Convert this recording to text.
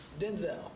Denzel